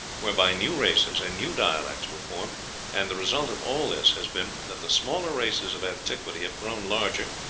whereby new races and new dialects were formed and the result of all this has been that the smaller races of antiquity have grown larger,